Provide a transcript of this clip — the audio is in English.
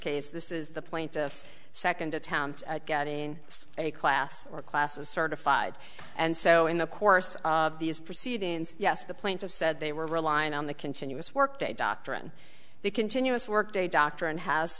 case this is the plaintiff's second attempt at getting a class or class a certified and so in the course of these proceedings yes the point of said they were relying on the continuous work day doctrine the continuous work day doctrine has